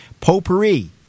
Potpourri